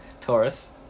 Taurus